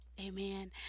amen